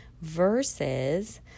Versus